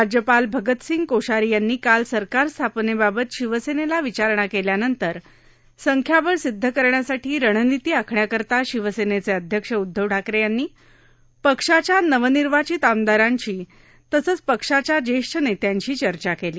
राज्यपाल भगतसिंग कोश्यारी यांनी काल सरकार स्थापनक्रित शिवसक्रित विचारणा केल्यानंतर संख्याबळ सिद्ध करण्यासाठी रणनीती आखण्याकरता शिवसक्रित अध्यक्ष उद्धव ठाकर आंनी पक्षाच्या नवनिर्वाचित आमदारांशी तसंच पक्षाच्या ज्याठी नस्यिंशी चर्चा कल्ली